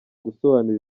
gusobanura